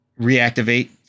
reactivate